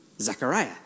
Zechariah